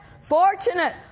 fortunate